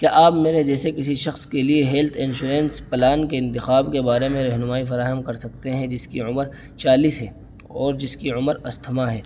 کیا آپ میرے جیسے کسی شخص کے لیے ہیلتھ انشورنس پلان کے انتخاب کے بارے میں رہنمائی فراہم کر سکتے ہیں جس کی عمر چالیس ہے اور جس کی عمر استھما ہے